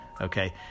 Okay